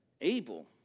Abel